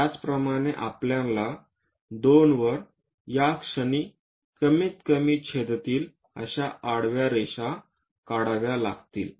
त्याच प्रमाणे आपल्याला 2 वर या क्षणी कमीत कमी छेदतील अशा आडव्या रेषा काढाव्या लागतील